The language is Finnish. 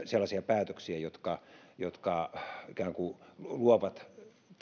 sellaisia päätöksiä jotka jotka ikään kuin luovat